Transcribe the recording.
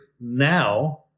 now